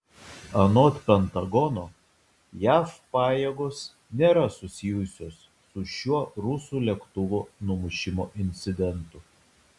anot pentagono jav pajėgos nėra susijusios su šiuo rusų lėktuvo numušimo incidentu